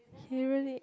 he really